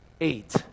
Eight